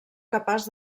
capaç